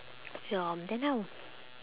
ya then how